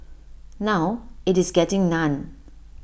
now IT is getting none